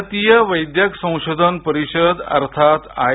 भारतीय वैद्यक संशोधन परिषद अर्थात आय